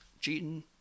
cheating